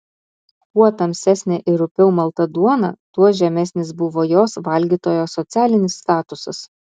kuo tamsesnė ir rupiau malta duona tuo žemesnis buvo jos valgytojo socialinis statusas